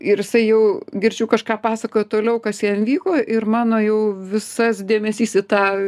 ir jisai jau girdžiu kažką pasakoja toliau kas jam vyko ir mano jau visas dėmesys į tą